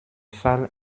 fall